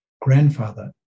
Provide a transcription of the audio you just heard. Grandfather